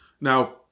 Now